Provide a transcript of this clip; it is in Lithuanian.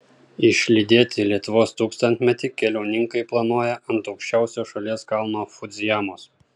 išlydėti lietuvos tūkstantmetį keliauninkai planuoja ant aukščiausio šalies kalno fudzijamos